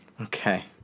Okay